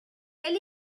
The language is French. quel